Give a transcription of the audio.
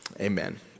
amen